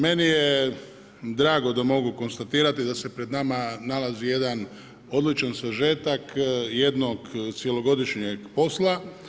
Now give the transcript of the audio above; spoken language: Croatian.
Meni je drago da mogu konstatirati da se pred nama nalazi jedan odličan sažetak jednog cjelogodišnjeg posla.